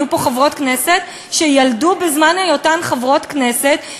היו פה חברות כנסת שילדו בזמן היותן חברות כנסת.